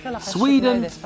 Sweden